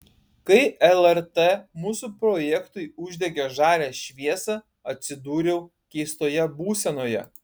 kai lrt mūsų projektui uždegė žalią šviesą atsidūriau keistoje būsenoje